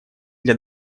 для